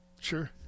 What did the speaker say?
Sure